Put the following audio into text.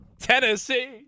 Tennessee